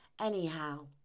Anyhow